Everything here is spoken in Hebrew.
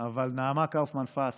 אבל נעמה קאופמן-פס,